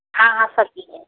हाँ हाँ सब चीजें